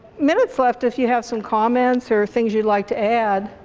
minutes left if you have some comments or things you'd like to add.